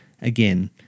again